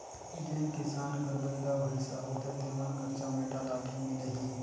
जेन किसान घर बइला भइसा होथे तेमन घर चमेटा लाठी मिलही